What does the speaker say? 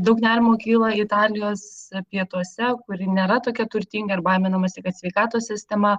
daug nerimo kyla italijos pietuose kuri nėra tokia turtinga ir baiminamasi kad sveikatos sistema